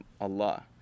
Allah